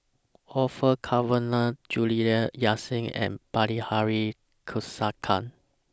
Orfeur Cavenagh Juliana Yasin and Bilahari Kausikan